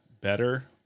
better